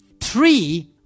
Three